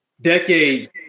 decades